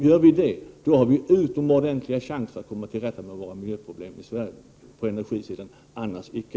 Gör vi det har vi i Sverige utomordentliga chanser att komma till rätta med våra miljöproblem på energisidan — annars icke.